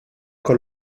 con